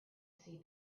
see